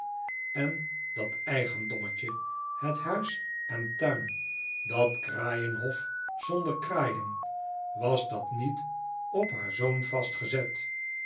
en dat eigendommetje het huis en tuin dat kraaienhof zonder kraaien was dat niet op haar zoon vastgezet